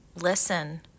listen